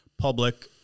public